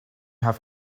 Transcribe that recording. have